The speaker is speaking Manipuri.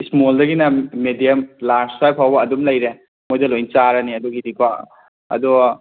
ꯏꯁꯃꯣꯜꯗꯒꯤꯅ ꯃꯦꯗꯤꯌꯝ ꯂꯥꯔꯖ ꯁ꯭ꯋꯥꯏ ꯐꯥꯎꯕ ꯑꯗꯨꯝ ꯂꯩꯔꯦ ꯃꯣꯏꯗ ꯂꯣꯏ ꯆꯥꯔꯅꯤ ꯑꯗꯨꯒꯤꯗꯤꯀꯣ ꯑꯗꯣ